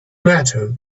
matter